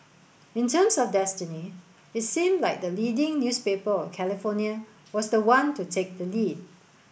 in terms of destiny it seemed like the leading newspaper of California was the one to take the lead